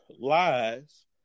lies